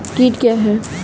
कीट क्या है?